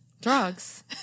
Drugs